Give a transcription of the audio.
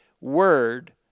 word